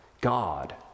God